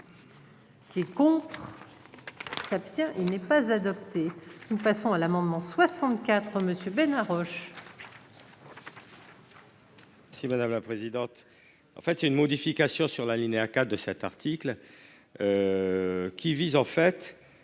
Qui est contre. S'abstient. Il n'est pas adopté. Nous passons à l'amendement 64, monsieur Roche. Si madame la présidente. En fait c'est une modification sur l'alinéa 4 de cet article. Qui vise en fait.